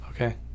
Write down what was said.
Okay